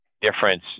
difference